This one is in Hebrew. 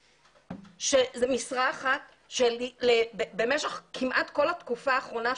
שזו משרה אחת שבמשך כמעט כל התקופה האחרונה,